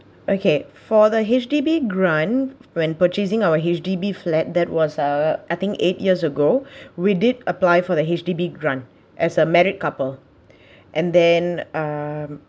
okay for the H_D_B grant when purchasing our H_D_B flat that was our I think eight years ago we did apply for the H_D_B grant as a married couple and then um